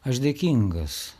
aš dėkingas